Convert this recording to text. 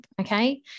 Okay